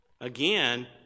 Again